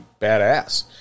badass